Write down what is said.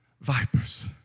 Vipers